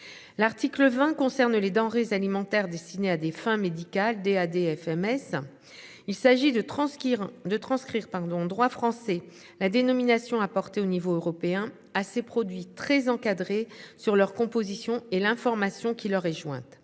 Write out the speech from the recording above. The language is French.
L'article 20 concerne les denrées alimentaires destinées à des fins médicales des ADF MS. Il s'agit de transcrire de transcrire pardon droit français la dénomination au niveau européen. Ah ces produits très encadré sur leur composition et l'information qui leur est jointe